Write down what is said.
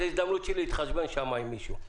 זו הזדמנות שלי להתחשבן שם עם מישהו.